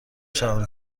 شوم